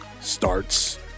starts